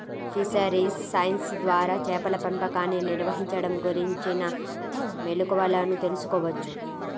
fisheries science ద్వారా చేపల పెంపకాన్ని నిర్వహించడం గురించిన మెళుకువలను తెల్సుకోవచ్చు